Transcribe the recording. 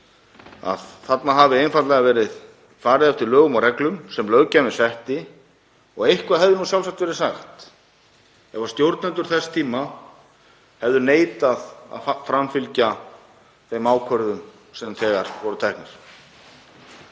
að þarna hafi einfaldlega verið farið eftir lögum og reglum sem löggjafinn setti og eitthvað hefði sjálfsagt verið sagt ef stjórnendur þess tíma hefðu neitað að framfylgja þeim ákvörðunum sem þegar voru teknar.